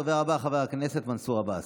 הדובר הבא, חבר הכנסת מנסור עבאס.